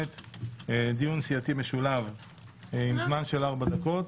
דיון סיעתי משולב עם זמן של ארבע דקות.